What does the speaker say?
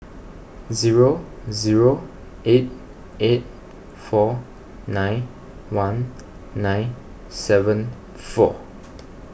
zero zero eight eight four nine one nine seven four